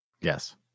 Yes